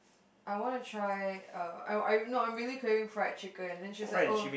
I wanna try uh I'm I no I'm really craving fried chicken then she was like oh